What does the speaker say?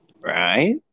right